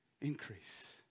increase